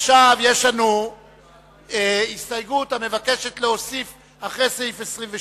עכשיו יש לנו הסתייגות המבקשת להוסיף אחרי סעיף 22